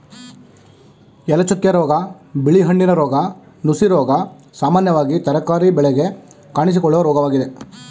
ಎಲೆಚುಕ್ಕೆ ರೋಗ, ಬಿಳಿ ಹೆಣ್ಣಿನ ರೋಗ, ನುಸಿರೋಗ ಸಾಮಾನ್ಯವಾಗಿ ತರಕಾರಿ ಬೆಳೆಗೆ ಕಾಣಿಸಿಕೊಳ್ಳುವ ರೋಗವಾಗಿದೆ